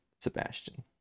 Sebastian